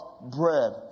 bread